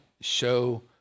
show